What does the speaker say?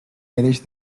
mereix